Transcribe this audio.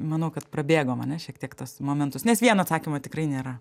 manau kad prabėgom ane šiek tiek tuos momentus nes vieno atsakymo tikrai nėra